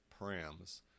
params